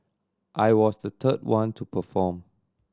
I was the third one to perform